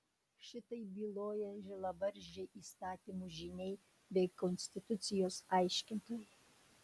šitaip byloja žilabarzdžiai įstatymų žyniai bei konstitucijos aiškintojai